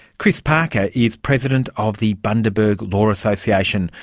chris parker is president of the bundaberg law association,